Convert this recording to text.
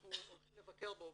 שאנחנו הולכים לבקר בו